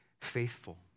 faithful